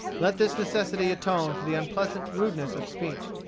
let this necessity atone for the unpleasant rudeness of speech.